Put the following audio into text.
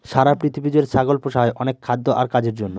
সারা পৃথিবী জুড়ে ছাগল পোষা হয় অনেক খাদ্য আর কাজের জন্য